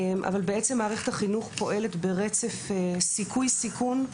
אבל מערכת החינוך פועלת ברצף סיכוי-סיכון.